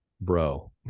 Bro